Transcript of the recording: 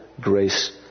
grace